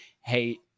hey